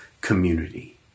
community